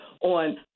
on